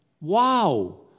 Wow